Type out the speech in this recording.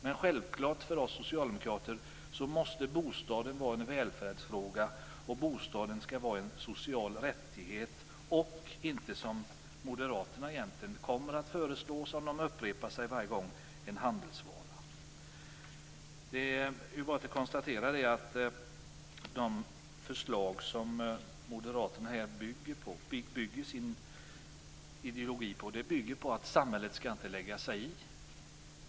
Men det är självklart för oss socialdemokrater att bostaden skall vara en välfärdsfråga och en social rättighet och inte, vilket moderaterna kommer att föreslå - och som de upprepar varje gång - en handelsvara. Det är bara att konstatera att de förslag Moderaterna bygger sin ideologi på går ut på att samhället inte skall lägga sig i.